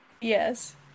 Yes